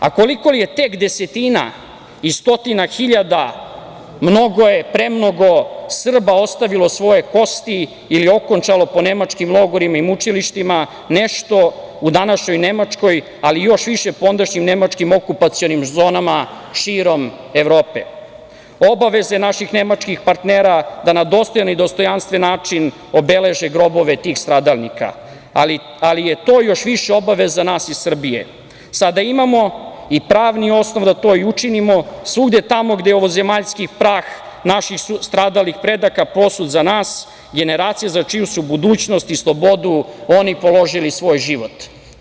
A koliko li je tek desetina i stotina hiljada, mnogo je, premnogo Srba ostavilo svoje kosti ili okončalo po nemačkim logorima i mučilištima, nešto u današnjoj Nemačkoj, ali još više po ondašnjim nemačkim okupacionim zonama širom Evrope, obaveze naših nemačkih partnera da na dostojan i dostojanstven način obeleže grobove tih stradalnika, ali je to još više obaveza nas iz Srbije, sada imamo i pravni osnov da to i učinimo svugde tamo gde ovozemaljski prah naših stradalih predaka posut za nas, generacije za čiju su budućnost i slobodu oni položili svoj život.